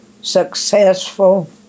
successful